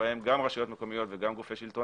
שבהם גם רשויות מקומיות וגם גופי שלטון